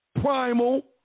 primal